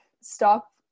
stop